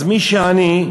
אז מי שעני,